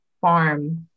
farm